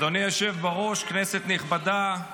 אדוני היושב בראש, כנסת נכבדה,